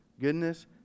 goodness